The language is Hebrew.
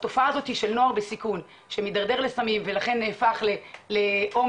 התופעה הזאת של נוער בסיכון שמתדרדר לסמים ולכן נהפך להומלס,